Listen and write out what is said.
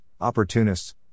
opportunists